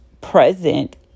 present